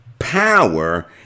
power